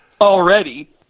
Already